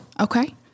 Okay